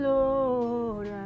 Lord